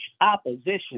opposition